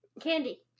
Candy